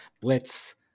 Blitz